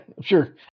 sure